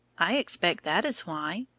i expect that is why.